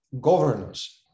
governors